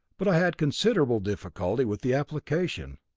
but i had considerable difficulty with the application.